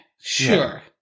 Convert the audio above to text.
sure